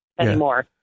anymore